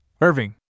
Irving